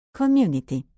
community